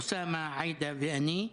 אוסאמה, אעידה ואני.